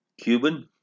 Cuban